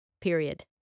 period